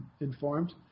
informed